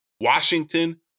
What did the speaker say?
Washington